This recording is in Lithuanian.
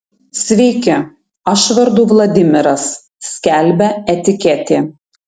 sveiki aš vardu vladimiras skelbia etiketė